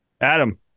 Adam